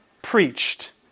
preached